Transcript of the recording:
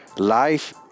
Life